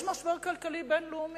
יש משבר כלכלי בין-לאומי,